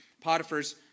Potiphar's